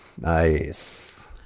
Nice